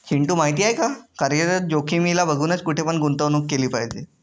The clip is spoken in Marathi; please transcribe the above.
चिंटू माहिती आहे का? कार्यरत जोखीमीला बघूनच, कुठे पण गुंतवणूक केली पाहिजे